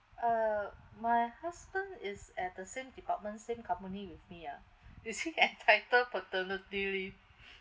uh my husband is at the same department same company with me ah is he entitle paternity leave